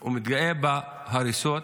הוא מתגאה בהריסות,